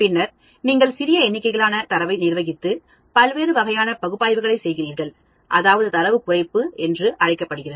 பின்னர் நீங்கள் சிறிய எண்ணிக்கையிலான தரவை நிர்வகித்து பல்வேறு வகையான பகுப்பாய்வுகளை செய்கிறீர்கள் அதாவது தரவு குறைப்பு என்று அழைக்கப்படுகிறது